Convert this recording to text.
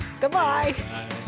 goodbye